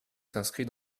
s’inscrit